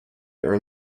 are